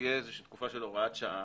תהיה תקופה של הוראת שעה